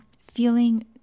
feeling